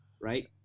right